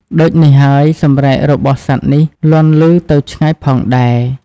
ដូចនេះហើយ សម្រែករបស់សត្វនេះលាន់ឮទៅឆ្ងាយផងដែរ។